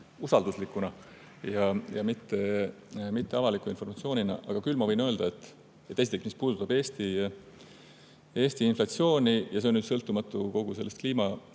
usalduslikuna ja mitte avaliku informatsioonina. Aga ma võin öelda, et esiteks, mis puudutab Eesti inflatsiooni – ja see on sõltumatu kogu sellest kliimapoliitika